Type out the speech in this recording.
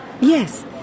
Yes